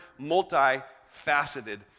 multifaceted